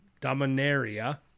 Dominaria